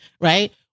right